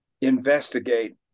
investigate